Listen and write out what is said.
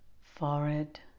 Forehead